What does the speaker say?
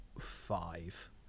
five